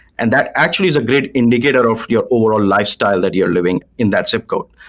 and that actually is a great indicator of your overall lifestyle that you're living in that zip code.